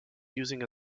using